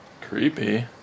Creepy